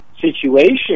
situation